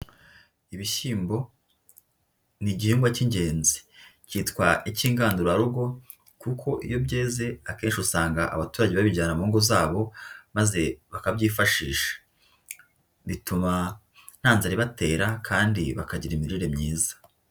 Ibishyimbo ni igihingwa cy'ingenzi kitwa icy'ingandurarugo kuko iyo byeze akenshi usanga abaturage babijyana mu ngo zabo maze bakabyifashisha. Bituma nta nzara ibatera kandi bakagira imirire myiza.